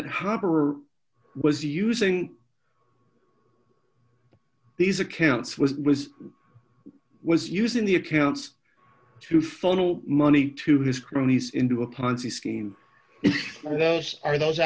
that harbor was using these accounts was was was using the accounts to funnel money to his cronies into a ponzi scheme and those are those